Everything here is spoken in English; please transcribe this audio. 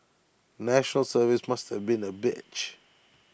National Service must have been A bitch